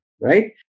right